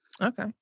okay